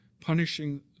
punishing